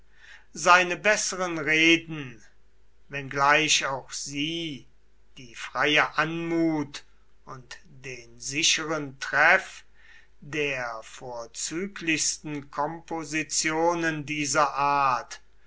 seine besseren reden wenngleich auch sie die freie anmut und den sicheren treff der vorzüglichsten kompositionen dieser art